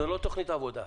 זאת לא תכנית עבודה.